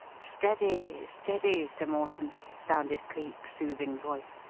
steady, steady, sir mawson! sounded cleek's soothing voice.